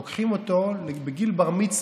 לוקחים אותו בגיל בר-מצווה,